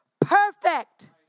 perfect